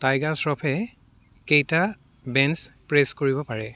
tiger Shroff কেইটা bench press কৰিব পাৰে